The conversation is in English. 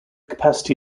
capacity